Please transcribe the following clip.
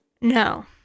No